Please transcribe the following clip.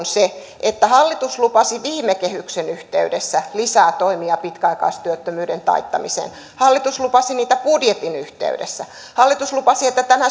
se että hallitus lupasi viime kehyksen yhteydessä lisää toimia pitkäaikaistyöttömyyden taittamiseen hallitus lupasi niitä budjetin yhteydessä hallitus lupasi että tänä